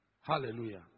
Hallelujah